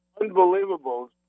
unbelievable